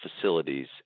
facilities